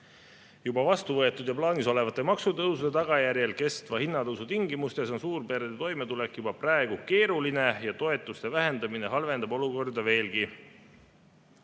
Vastu võetud ja plaanis olevate maksutõusude tagajärjel kestva hinnatõusu tingimustes on suurperede toimetulek juba praegu keeruline ja toetuste vähendamine halvendab olukorda veelgi.